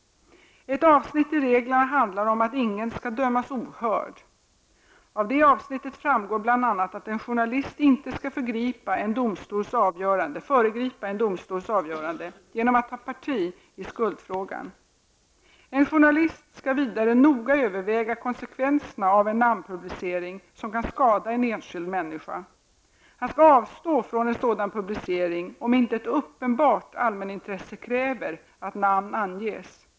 Ett avsnitt i reglerna handlar om att ingen skall dömas ohörd. Av det avsnittet framgår bl.a. att en journalist inte skall föregripa en domstols avgörande genom att ta parti i skuldfrågan. En journalist skall vidare noga överväga konsekvenserna av en namnpublicering som kan skada en enskild människa. Han skall avstå från en sådan publicering, om inte ett uppenbart allmänintresse kräver att namn anges.